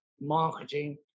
marketing